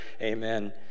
Amen